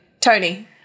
Tony